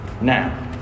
Now